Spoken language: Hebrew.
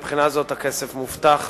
מבחינה זו הכסף מובטח